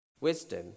Wisdom